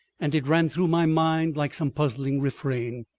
and it ran through my mind like some puzzling refrain,